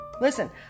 listen